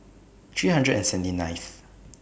three hundred and seventy ninth